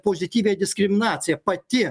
pozityvią diskriminaciją pati